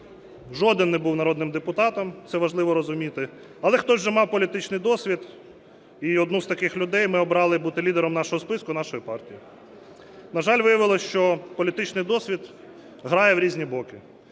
жоден не був народним депутатом, це важливо розуміти. Але хтось вже мав політичний досвід і одного з таких людей ми обрали бути лідером нашого списку нашої партії. На жаль, виявилося, що політичний досвід грає в різні боки.